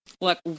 look